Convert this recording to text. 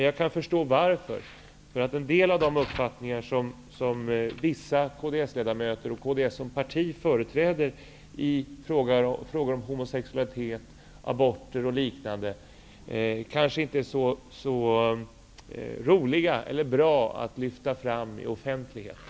Jag kan förstå varför: En del av de uppfattningar som vissa kds-ledamöter har och som kds som parti företräder i frågor som gäller homosexualitet, aborter etc. kanske inte är så bra att lyfta fram i offentligheten.